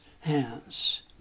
hands